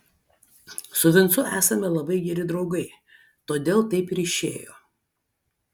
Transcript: su vincu esame labai geri draugai todėl taip ir išėjo